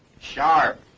sharp,